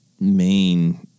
main